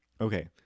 okay